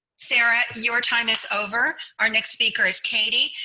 sara, your time is over. our next speaker is katie.